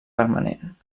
permanent